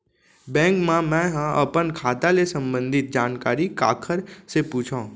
Bank मा मैं ह अपन खाता ले संबंधित जानकारी काखर से पूछव?